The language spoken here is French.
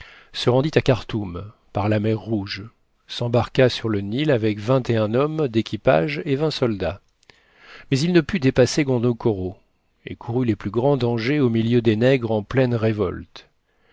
se rendit à karthoum par la mer rouge s'embarqua sur le nil avec vingt et un hommes d'équipage et vingt soldats mais il ne put dépasser gondokoro et courut les plus grands dangers au milieu des nègres en pleine révolte